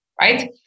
right